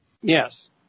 Yes